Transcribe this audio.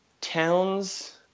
Towns